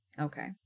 Okay